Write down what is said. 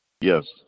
Yes